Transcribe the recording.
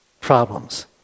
problems